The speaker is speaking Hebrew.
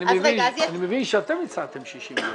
אני מבין שאתם הצעתם 60 יום.